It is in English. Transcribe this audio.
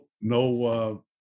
no